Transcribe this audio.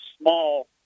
small